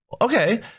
Okay